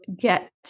get